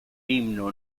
himno